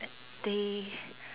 they